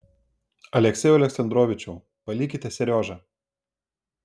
aleksejau aleksandrovičiau palikite seriožą